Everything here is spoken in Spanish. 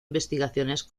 investigaciones